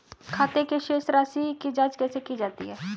खाते की शेष राशी की जांच कैसे की जाती है?